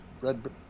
red